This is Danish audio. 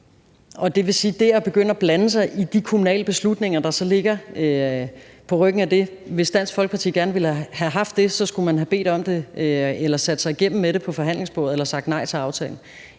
det ville være at begynde at blande sig i de kommunale beslutninger, der så ligger på ryggen af det. Hvis Dansk Folkeparti gerne ville have haft det, skulle man have bedt om det eller sat sig igennem ved forhandlingsbordet eller sagt nej til aftalen.